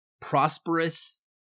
prosperous